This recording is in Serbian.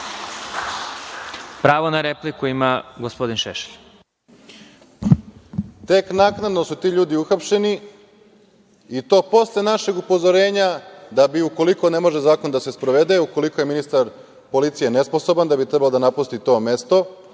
gospodin Šešelj. **Aleksandar Šešelj** Tek naknadno su ti ljudi uhapšeni i to posle našeg upozorenja da bi, ukoliko zakon ne može da se sprovede, ukoliko je ministar policije nesposoban da bi trebalo da napusti to mesto,